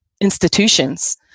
institutions